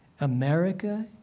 America